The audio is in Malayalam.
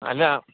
അല്ല